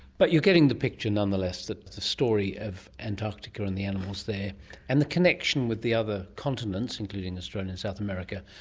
but you're getting the picture, nonetheless, that the story of antarctica and the animals there and the connection with the other continents, including australia and south america,